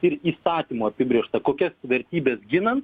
ir įstatymu apibrėžta kokias vertybes ginant